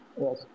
Yes